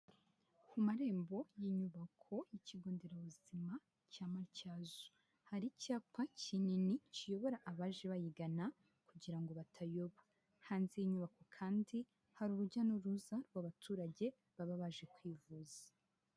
Ku marembo y'inyubako y'ikigo nderabuzima cya Matyazo, hari icyapa kinini kiyobora abaje bayigana kugira ngo batayoba, hanze y'inyubako kandi hari urujya n'uruza rw'abaturage baba baje kwivuza.